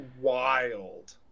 wild